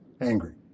angry